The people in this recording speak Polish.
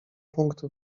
punktu